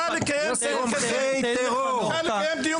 בושה לקיים דיון כזה,